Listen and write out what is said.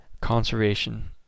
conservation